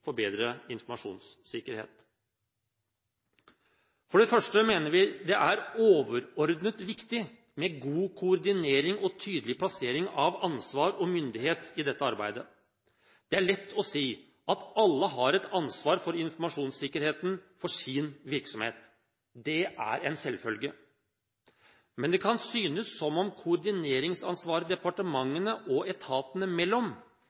for bedre informasjonssikkerhet. For det første mener vi det er overordnet viktig med god koordinering og tydelig plassering av ansvar og myndighet i dette arbeidet. Det er lett å si at alle har et ansvar for informasjonssikkerheten for sin virksomhet. Det er en selvfølge. Men det kan synes som om koordineringsansvaret